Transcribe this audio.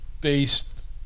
based